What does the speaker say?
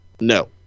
No